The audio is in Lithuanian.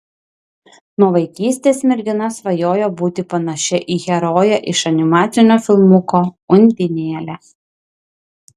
nuo vaikystės mergina svajojo būti panašia į heroję iš animacinio filmuko undinėlė